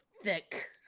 thick